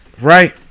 right